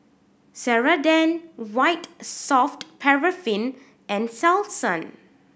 Ceradan White Soft Paraffin and Selsun